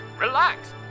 relax